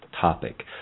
topic